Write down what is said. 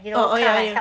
oh ya ya